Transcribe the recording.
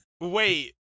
Wait